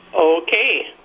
okay